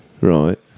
right